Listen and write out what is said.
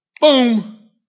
Boom